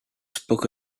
spoke